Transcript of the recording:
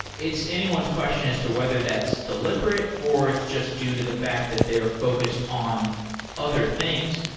it's anyone's question as to whether that's deliberate or it's just due to the fact that they're focused on other things.